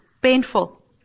painful